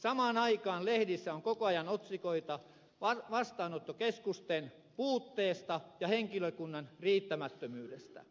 samaan aikaan lehdissä on koko ajan otsikoita vastaanottokeskusten puutteesta ja henkilökunnan riittämättömyydestä